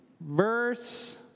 Verse